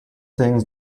things